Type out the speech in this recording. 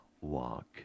walk